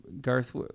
Garth